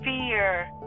fear